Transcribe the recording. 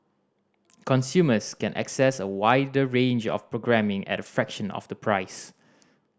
consumers can access a wider range of programming at a fraction of the price